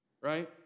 right